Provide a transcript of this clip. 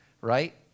right